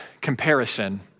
comparison